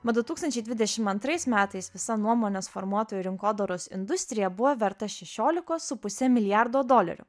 mat du tūkstančiai dvidešim antrais metais visą nuomonės formuotojų rinkodaros industrija buvo verta šešiolikos su puse milijardo dolerių